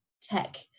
tech